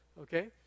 Okay